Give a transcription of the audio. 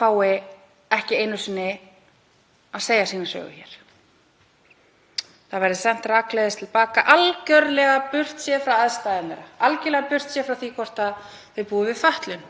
fái ekki einu sinni að segja sína sögu hér, það verði sent rakleiðis til baka, algjörlega burt séð frá aðstæðum þess, algjörlega burt séð frá því hvort það býr við fötlun,